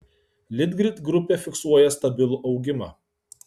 litgrid grupė fiksuoja stabilų augimą